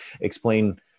explain